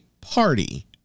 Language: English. party